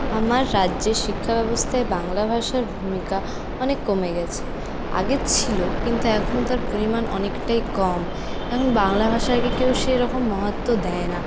আমার রাজ্যের শিক্ষা ব্যবস্থায় বাংলা ভাষার ভূমিকা অনেক কমে গেছে আগে ছিল কিন্তু এখন তার পরিমাণ অনেকটাই কম এখন বাংলা ভাষাকে কেউ সেরকম মাহাত্ম্য দেয় না